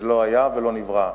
שלא היה ולא נברא.